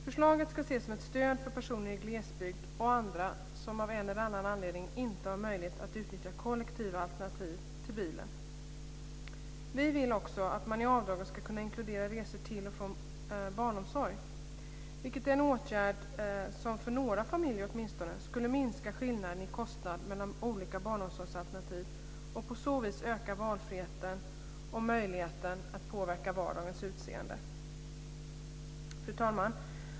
Förslaget ska ses som ett stöd för personer i glesbygd och andra som av en eller annan anledning inte har möjlighet att utnyttja kollektiva alternativ till bilen. Vi vill också att man i avdraget ska kunna inkludera resor till och från barnomsorg, vilket är en åtgärd som åtminstone för några familjer skulle minska skillnaden i kostnad mellan olika barnomsorgsalternativ och på så vis öka valfriheten och möjligheten att påverka vardagens utseende. Fru talman!